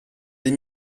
des